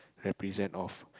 represent of